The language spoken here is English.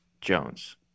jones